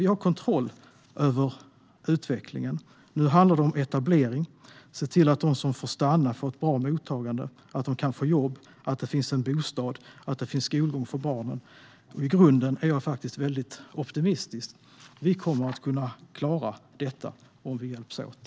Vi har kontroll över utvecklingen. Nu handlar det om etablering och om att se till att de som får stanna får ett bra mottagande. Det handlar om att de kan få jobb, att det finns bostäder och att det finns skolgång för barnen. I grunden är jag faktiskt väldigt optimistisk. Vi kommer att kunna klara detta om vi hjälps åt.